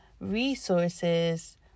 resources